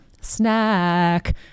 Snack